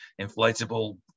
inflatable